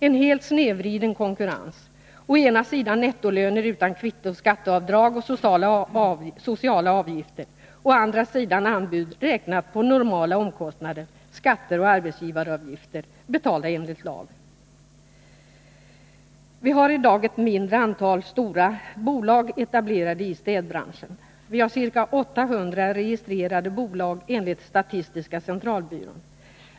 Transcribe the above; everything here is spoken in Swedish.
En helt snedvriden konkurrens: å ena sidan nettolöner utan kvitto och skatteavdrag och sociala avgifter, å andra sidan anbud räknat på normala omkostnader, skatter och arbetsgivaravgifter betalda enligt lag. Vi har i dag ett mindre antal stora bolag etablerade i städbranschen. Vi har ca 800 registrerade bolag enligt statistiska centralbyrån.